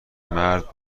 مرد